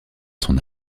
son